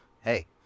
hey